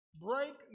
break